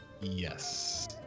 Yes